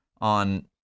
on